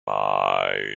mind